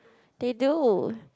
they do